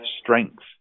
strength